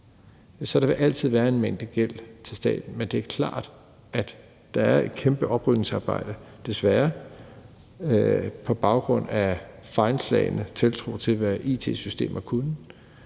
Så der vil altid være en mængde gæld til staten. Men det er klart, at der er et kæmpe oprydningsarbejde – desværre – på baggrund af en fejlslagen tiltro til, hvad it-systemer kan.